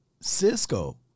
Cisco